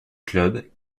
clubs